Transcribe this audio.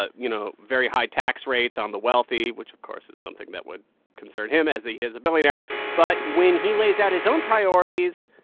ah you know, very high tax rates on the wealthy, which, of course, is something that would concern him, as he is a billionaire but when he lays out his own priorities,